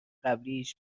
قبلیش